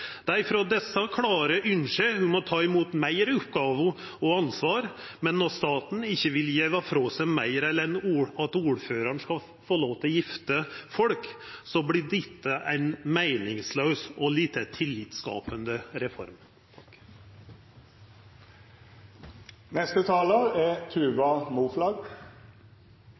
frå desse klare ønska ein må ta imot fleire oppgåver og meir ansvar, men når staten ikkje vil gje frå seg meir enn at ordføraren skal få lov til å via folk, vert dette ei meiningslaus og lite tillitsskapande reform. Mange har debattert hvordan vi de neste